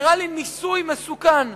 נראה לי ניסוי מסוכן.